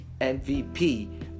MVP